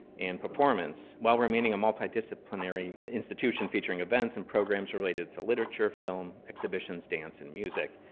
and performance, while remaining a multidisciplinary institution featuring events and programs related to literature, film, exhibitions, dance and music.